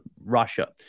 Russia